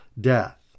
death